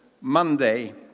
Monday